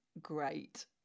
great